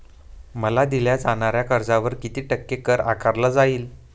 मला दिल्या जाणाऱ्या कर्जावर किती टक्के कर आकारला जाईल?